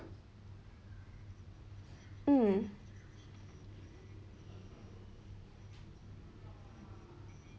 mm